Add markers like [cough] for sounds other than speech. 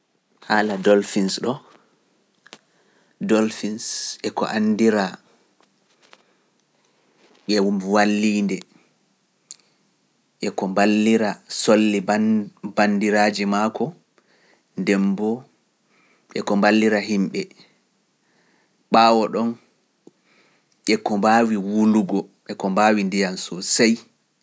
[noise] Haala Dolphins ɗo. eko anndira e walliinde; eko mballira himbe e solli fu.